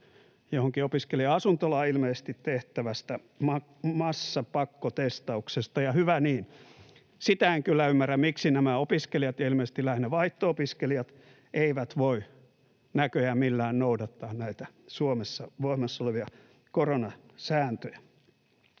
johonkin opiskelija-asuntolaan, tehtävästä massapakkotestauksesta, ja hyvä niin. Sitä en kyllä ymmärrä, miksi nämä opiskelijat, ilmeisesti lähinnä vaihto-opiskelijat, eivät voi näköjään millään noudattaa näitä Suomessa voimassa olevia koronasääntöjä.